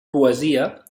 poesia